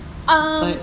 ah